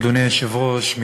אדוני היושב-ראש,